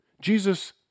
Jesus